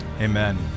Amen